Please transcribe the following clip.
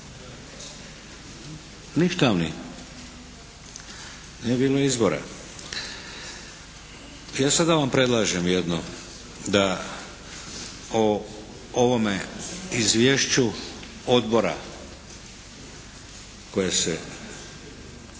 ništavni. Ne bi bilo izbora. Ja sada vam predlažem jedno, da o ovome izvješću Odbora koje se,